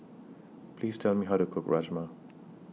Please Tell Me How to Cook Rajma